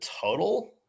Total